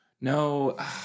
no